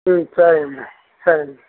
ம் சரிங்க சரிங்க